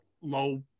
low